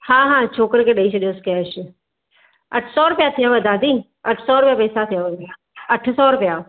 हा हा छोकिरे के ॾेई छॾियोसि कैश अठ सौ रुपया थियव दादी अठ सौ रुपया पैसा थियव अठ सौ रुपया